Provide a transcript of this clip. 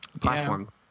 platform